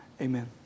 Amen